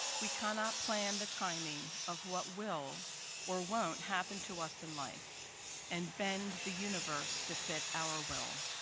we cannot plan the timing of what will or won't happen to us in life and bend the universe to fit our will.